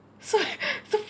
so